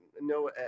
no